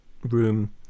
room